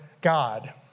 God